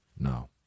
No